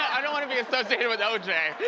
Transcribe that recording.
i don't wanna be associated with oj!